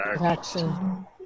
action